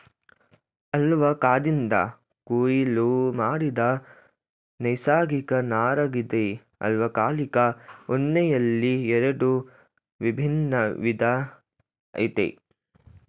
ಅಲ್ಪಕಾದಿಂದ ಕೊಯ್ಲು ಮಾಡಿದ ನೈಸರ್ಗಿಕ ನಾರಗಿದೆ ಅಲ್ಪಕಾಲಿಕ ಉಣ್ಣೆಯಲ್ಲಿ ಎರಡು ವಿಭಿನ್ನ ವಿಧ ಆಯ್ತೆ